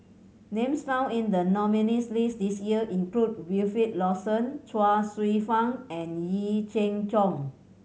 names found in the nominees' list this year include Wilfed Lawson Chuang Hsueh Fang and Yee Jenn Jong